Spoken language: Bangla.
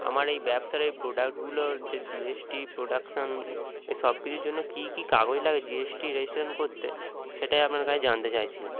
আমার এই ব্যবসার এই প্রোডাক্টগুলোর যে জিএসটি প্রোডাকশান এ সব কিছুর জন্য কী কী কাগজ লাগে জিএসটি রেজিস্ট্রেশন করতে সেটাই আপনার কাছে জানতে চাইছিলাম